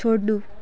छोड्नु